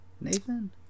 Nathan